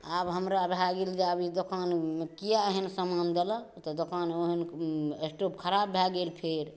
आब हमरा भऽ गेल जे आब ई दोकान किएक एहन समान देलक ओ तऽ दोकान एहन स्टोप खराब भऽ गेल फेर